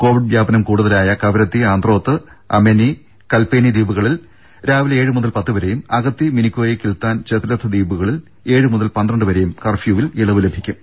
Covid വ്യാപനം കൂടുതലായ കവരത്തി ആന്ത്രോത്ത് അമലി കൽപ്പേനി ദ്വീപുകളിൽ രാവിലെ ഏഴ് മുതൽ പത്ത് വരെയും അഗത്തി മിനിക്കോയി കിൽത്താൻ ചേത്ത്ലാത്ത് ദ്വീപുകളിൽ ഏഴ് മുതൽ പന്ത്രണ്ട് വരെയും കർഫ്യുവിൽ ഇളവ് ലഭിക്കും